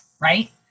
right